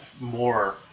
more